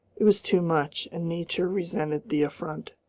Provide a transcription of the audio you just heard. it was too much, and nature resented the affront.